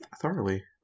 thoroughly